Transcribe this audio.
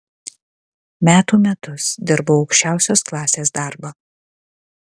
metų metus dirbau aukščiausios klasės darbą